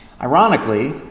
Ironically